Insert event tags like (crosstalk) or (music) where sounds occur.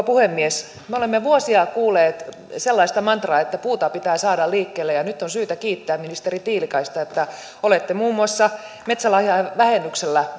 (unintelligible) puhemies me olemme vuosia kuulleet sellaista mantraa että puuta pitää saada liikkeelle nyt on syytä kiittää ministeri tiilikaista että olette muun muassa metsälahjavähennyksellä (unintelligible)